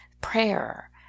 prayer